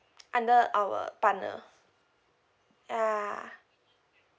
under our partner ya